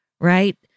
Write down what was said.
right